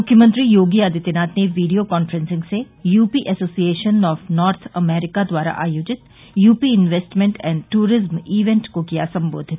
मुख्यमंत्री योगी आदित्यनाथ ने video conferencing से UP association of North America द्वारा आयोजित UP investment and tourism event को किया संबोधित